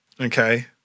Okay